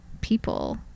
people